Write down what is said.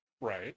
Right